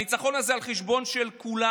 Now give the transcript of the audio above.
הניצחון הזה הוא על החשבון של כולנו,